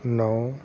ਨੌਂ